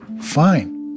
fine